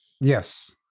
Yes